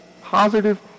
positive